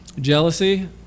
jealousy